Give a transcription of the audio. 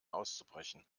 auszubrechen